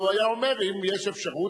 והוא היה אומר: אם יש אפשרות,